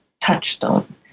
touchstone